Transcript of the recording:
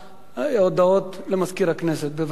הודעות לסגן מזכירת הכנסת, בבקשה.